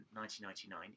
1999